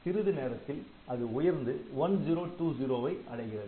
சிறிது நேரத்தில் அது உயர்ந்து 1020ஐ அடைகிறது